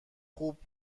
خوب